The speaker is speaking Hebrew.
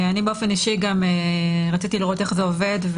אני באופן אישי גם רציתי לראות איך זה עובד,